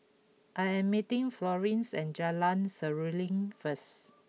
I am meeting Florine at Jalan Seruling first